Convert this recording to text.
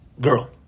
girl